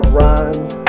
rhymes